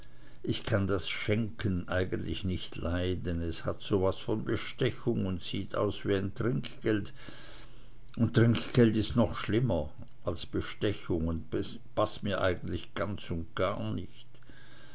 ich kann das schenken eigentlich nicht leiden es hat so was von bestechung und sieht aus wie n trinkgeld und trinkgeld ist noch schlimmer als bestechung und paßt mir eigentlich ganz und gar nicht